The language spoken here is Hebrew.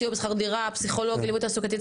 סיוע בשכר דירה, טיפול פסיכולוגי וליווי תעסוקתי.